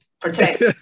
Protect